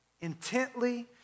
intently